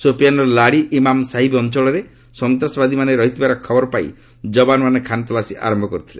ସୋପିୟାନ୍ର ଲାଡ଼ି ଇମାମ୍ ସାହିବ୍ ଅଞ୍ଚଳରେ ସନ୍ତାସବାଦୀମାନେ ରହିଥିବାର ଖବର ପାଇ ଯବାନମାନେ ଖାନତଲାସୀ ଆରମ୍ଭ କରିଥିଲେ